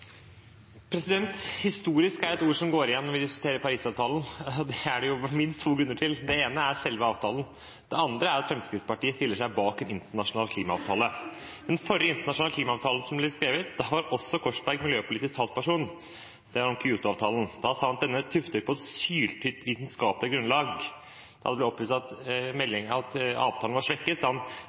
det minst to grunner til. Den ene er selve avtalen, den andre er at Fremskrittspartiet stiller seg bak en internasjonal klimaavtale. Da den forrige internasjonale klimaavtalen ble skrevet, var også Korsberg miljøpolitisk talsperson – det var Kyoto-avtalen. Da sa han at denne «er tuftet på et syltynt vitenskapelig grunnlag». Da det ble opplyst at avtalen var svekket, sa han at problemet er at «den er dessverre ikke svekket